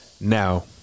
Now